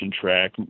track